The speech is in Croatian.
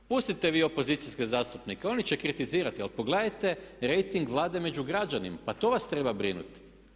Pustite vi opozicijske zastupnike, oni će kritizirati ali pogledajte rejting Vlade među građanima, pa to vas treba brinuti.